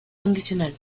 condicional